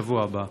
בשבוע הבא.